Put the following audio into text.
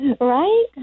Right